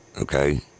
okay